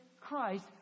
Christ